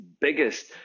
biggest